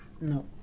No